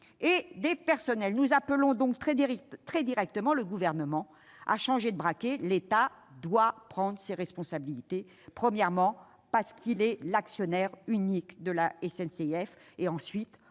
et des personnels. Nous appelons donc très directement le Gouvernement à changer de braquet. L'État doit prendre ses responsabilités. Premièrement, parce qu'il est l'actionnaire unique de la SNCF.